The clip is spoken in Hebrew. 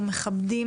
אנחנו מכבדים